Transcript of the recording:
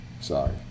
Sorry